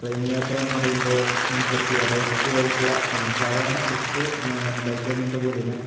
train യാത്രാന്ന് പറയുമ്പോൾ നമുക്ക് കുറച്ച് വെറൈറ്റിയായിട്ടുള്ള സ്ഥലം സാധാരണ ബസ് അല്ല ബൈക്ക് അങ്ങനത്തെ പോലെയല്ല